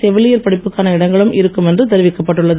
செவிலியர் படிப்புக்கான இடங்களும் இருக்கும் என்று தெரிவிக்கப்பட்டு உள்ளது